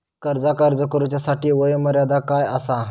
कर्जाक अर्ज करुच्यासाठी वयोमर्यादा काय आसा?